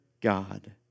God